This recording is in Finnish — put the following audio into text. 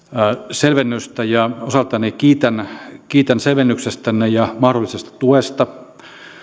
selvennystä ja osaltani kiitän kiitän selvennyksestänne ja mahdollisesta tuesta